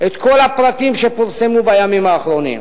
את כל הפרטים שפורסמו בימים האחרונים.